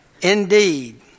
Indeed